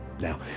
Now